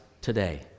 today